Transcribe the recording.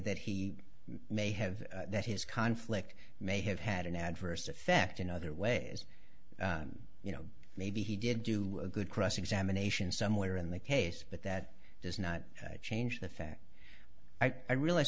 that he may have that his conflict may have had an adverse effect in other ways you know maybe he did do a good cross examination somewhere in the case but that does not change the fact i realize